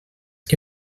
que